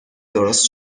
درست